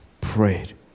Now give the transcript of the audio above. prayed